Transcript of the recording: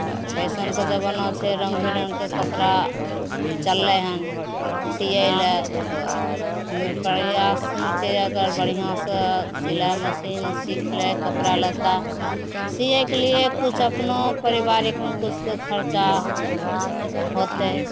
तऽ फैशनके जमाना छै रङ्गबिरङ्गके कपड़ा चललै हँ सिए ले तऽ हमे प्रयासमे छिए जे अगर बढ़िआँसे सिलाइ मशीन सिखि लै कपड़ा लत्ता सिएके लिए किछु अपनो पारिवारिकमे किछु तऽ खरचा होतै